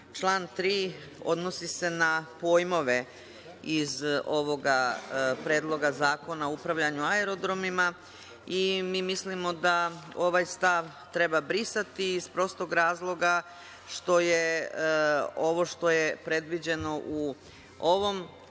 član 3. se odnosi na pojmove iz ovog Predloga zakona o upravljanju aerodromima i mi mislimo da ovaj stav treba brisati iz prostog razloga što je ovo što je predviđeno u ovom članu